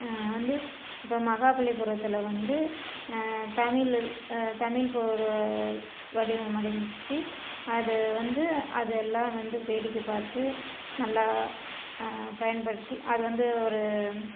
வந்து இப்போ மகாபலிபுரத்தில் வந்து தமிழ் தமிழ் இப்போது ஒரு வடிவம் வடிவமைச்சி அது வந்து அதெல்லாம் வந்து வேடிக்கை பார்த்து நல்லா பயன்படுத்தி அதை வந்து ஒரு